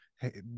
hey